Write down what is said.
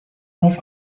auf